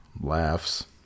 laughs